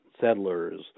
settlers